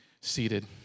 seated